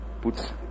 puts